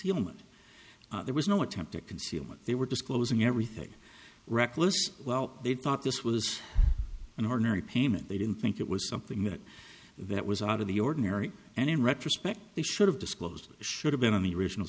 concealment there was no attempt to conceal what they were disclosing everything reckless well they thought this was an ordinary payment they didn't think it was something that that was out of the ordinary and in retrospect they should have disclosed should have been on the original